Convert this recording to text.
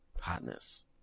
hotness